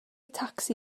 tacsi